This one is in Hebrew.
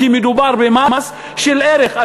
כי מדובר במס של ערך,